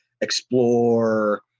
explore